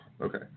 okay